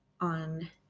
on